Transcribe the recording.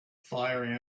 fire